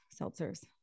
seltzers